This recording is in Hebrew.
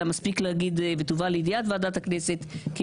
אלא מספיק להגיד 'ותובא לידיעת ועדת הכנסת' כי